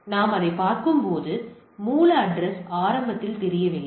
எனவே நாம் அதைப் பார்க்கும்போது எனது மூல அட்ரஸ் ஆரம்பத்தில் தெரியவில்லை